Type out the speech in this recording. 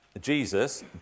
Jesus